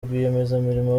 rwiyemezamirimo